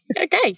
Okay